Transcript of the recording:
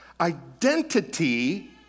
Identity